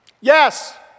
Yes